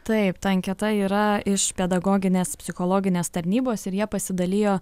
taip ta anketa yra iš pedagoginės psichologinės tarnybos ir ja pasidalijo